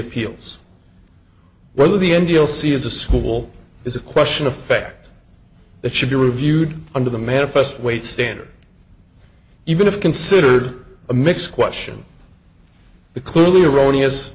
appeals whether the end you'll see is a school is a question effect that should be reviewed under the manifest weight standard even if considered a mix question the clearly erroneous